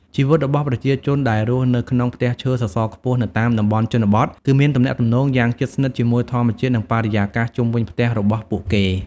ជីវិតរបស់ប្រជាជនដែលរស់នៅក្នុងផ្ទះឈើសសរខ្ពស់នៅតាមតំបន់ជនបទ គឺមានទំនាក់ទំនងយ៉ាងជិតស្និទ្ធជាមួយធម្មជាតិ និងបរិយាកាសជុំវិញផ្ទះរបស់ពួកគេ ។